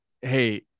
Hey